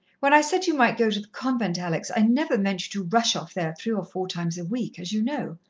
when i said you might go to the convent, alex, i never meant you to rush off there three or four times a week, as you know.